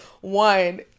one